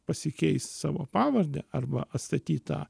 pasikeist savo pavardę arba atstatyt tą